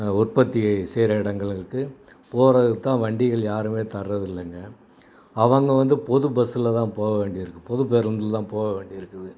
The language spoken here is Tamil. உற்பத்தியை செய்கிற இடங்கள் இருக்குது போறதுக்கு தான் வண்டிகள் யாரும் தர்றதில்லைங்க அவங்க வந்து பொது பஸ்ஸில் தான் போக வேண்டியிருக்குது பொது பேருந்தில் தான் போக வேண்டியிருக்குது